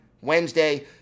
Wednesday